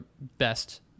best